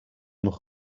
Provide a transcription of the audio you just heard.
nog